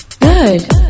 Good